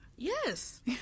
Yes